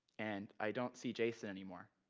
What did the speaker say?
and i don't see jason anymore.